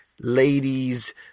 ladies